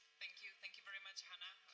thank you. thank you very much, hannah.